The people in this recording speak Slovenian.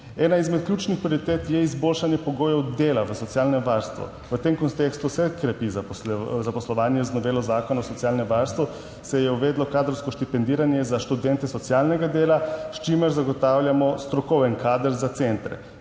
Ena izmed ključnih prioritet je izboljšanje pogojev dela v socialnem varstvu. V tem kontekstu se krepi zaposlovanje. Z novelo Zakona o socialnem varstvu se je uvedlo kadrovsko štipendiranje za študente socialnega dela, s čimer zagotavljamo strokoven kader za centre.